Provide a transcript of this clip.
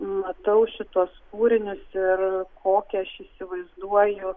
matau šituos kūrinius ir kokią aš įsivaizduoju